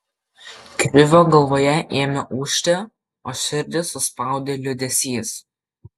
krivio galvoje ėmė ūžti o širdį suspaudė liūdesys